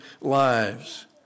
lives